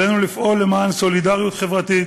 עלינו לפעול למען סולידריות חברתית,